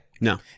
No